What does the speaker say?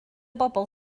bobl